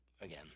Again